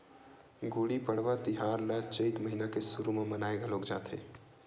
गुड़ी पड़वा तिहार ल चइत महिना के सुरू म मनाए घलोक जाथे